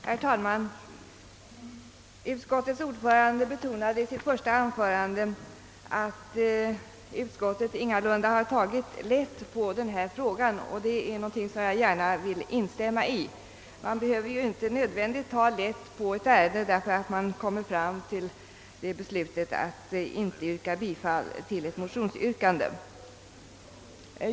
Herr talman! Utskottets ordförande betonade i sitt första anförande att utskottet ingalunda har tagit lätt på denna fråga, vilket jag gärna vill instämma i. Man behöver inte nödvändigtvis ta lätt på ett ärende därför att man avstyrker ett motionsyrkande.